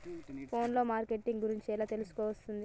Phone లో marketing గురించి ఎలా తెలుసుకోవస్తది?